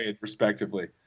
respectively